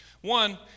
One